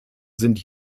sind